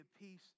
peace